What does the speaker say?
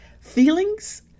Feelings